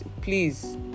please